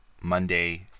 Monday